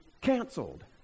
Canceled